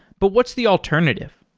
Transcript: but what's the alternative?